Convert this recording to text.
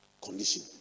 condition